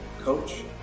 coach